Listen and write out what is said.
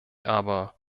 aber